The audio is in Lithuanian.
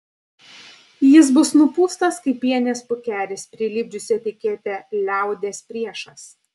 jis bus nupūstas kaip pienės pūkelis prilipdžius etiketę liaudies priešas